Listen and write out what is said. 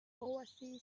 within